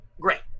great